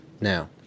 Now